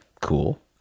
cool